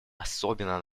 особенно